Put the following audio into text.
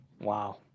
Wow